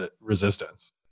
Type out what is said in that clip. resistance